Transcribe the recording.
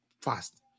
fast